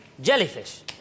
jellyfish